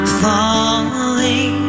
falling